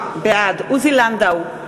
בעד עוזי לנדאו,